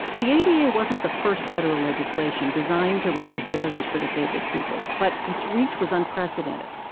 the ada wasn't the first federal legislation designed to remove barriers for disabled people. but its reach was unprecedented.